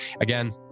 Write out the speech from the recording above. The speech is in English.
Again